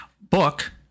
book